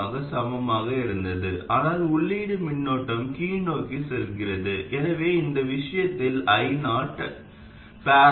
இந்த நிலையில் இங்குள்ள இந்த மின்னோட்டம் உள்ளீட்டு மின்னோட்டத்திற்கு தோராயமாக சமமாக இருந்தது ஆனால் உள்ளீட்டு மின்னோட்டம் கீழ்நோக்கிச் செல்கிறது எனவே இந்த விஷயத்தில் io viRs